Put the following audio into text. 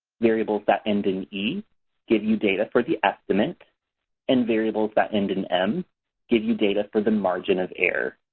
variables that end in e give you data for the estimate and variables that end in m give you data for the margin of error.